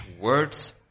words